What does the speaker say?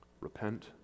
Repent